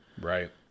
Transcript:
Right